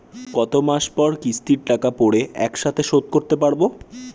কত মাস পর কিস্তির টাকা পড়ে একসাথে শোধ করতে পারবো?